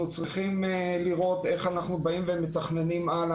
אנחנו צריכים לראות איך מתכננים הלאה.